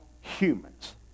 humans